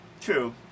True